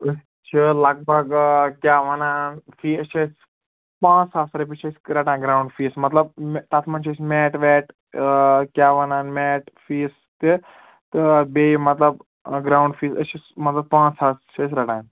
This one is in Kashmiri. أسۍ چھِ لگ بگ کیٛاہ وَنان فیٖس چھِ أسۍ پانٛژھ ساس رۄپیہِ چھِ أسۍ رَٹان گرٛاوُنٛڈ فیٖس مطلب تَتھ منٛز چھِ أسۍ میٹ ویٹ کیٛاہ وَنان میٹ فیٖس تہِ تہٕ بیٚیہِ مطلب گرٛاوُنٛڈ فیٖس أسۍ چھِ مطلب پانٛژھ ساس چھِ أسۍ رَٹان